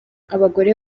abagore